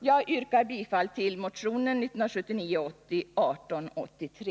Jag yrkar bifall till motionen 1979/80:1883.